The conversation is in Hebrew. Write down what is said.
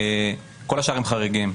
כל השאר הם חריגים,